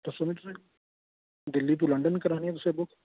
तुसें मैम दिल्ली तू लंडन करानी ऐ तुसें बुक